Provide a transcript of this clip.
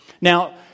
Now